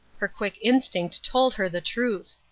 her quick instinct told her the truth.